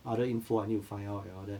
other info I need to find out and all that